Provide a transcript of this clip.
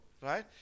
right